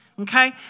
okay